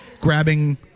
grabbing